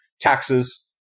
taxes